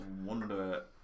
wonder